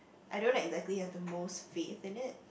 I don't exactly have the most fee isn't it